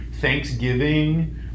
thanksgiving